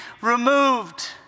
removed